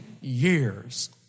years